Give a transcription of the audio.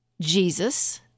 Jesus